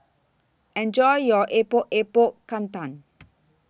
Enjoy your Epok Epok Kentang